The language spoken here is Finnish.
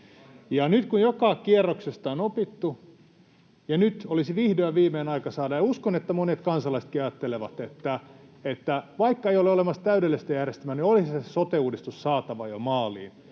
Kun joka kierroksesta on opittu, nyt olisi vihdoin ja viimein aika se saada — uskon, että monet kansalaisetkin ajattelevat, että vaikka ei ole olemassa täydellistä järjestelmää, niin olisi se sote-uudistus jo saatava maaliin.